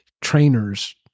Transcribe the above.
Trainers